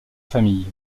famille